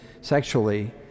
sexually